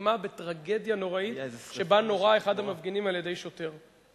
הסתיימה בטרגדיה נוראית שבה נורה אחד המפגינים על-ידי שוטר.